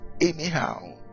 anyhow